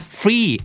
free